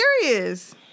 serious